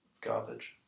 garbage